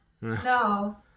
no